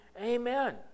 Amen